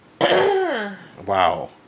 Wow